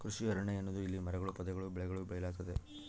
ಕೃಷಿ ಅರಣ್ಯ ಎನ್ನುವುದು ಇಲ್ಲಿ ಮರಗಳೂ ಪೊದೆಗಳೂ ಬೆಳೆಗಳೂ ಬೆಳೆಯಲಾಗ್ತತೆ